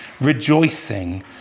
rejoicing